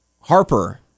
Harper